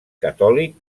catòlic